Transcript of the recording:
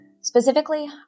Specifically